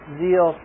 zeal